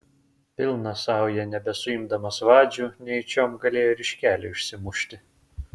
pilna sauja nebesuimdamas vadžių nejučiom galėjo ir iš kelio išsimušti